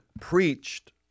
preached